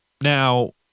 Now